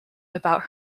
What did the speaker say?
about